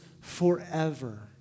forever